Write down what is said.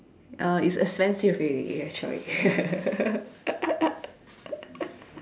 uh it's expensive really actually